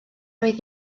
oedd